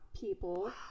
people